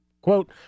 Quote